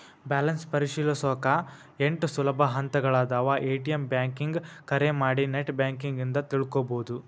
balance ಪರಿಶೇಲಿಸೊಕಾ ಎಂಟ್ ಸುಲಭ ಹಂತಗಳಾದವ ಎ.ಟಿ.ಎಂ ಬ್ಯಾಂಕಿಂಗ್ ಕರೆ ಮಾಡಿ ನೆಟ್ ಬ್ಯಾಂಕಿಂಗ್ ಇಂದ ತಿಳ್ಕೋಬೋದು